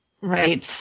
right